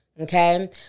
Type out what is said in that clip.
Okay